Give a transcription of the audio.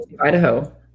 Idaho